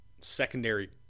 secondary